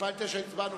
נא להצביע.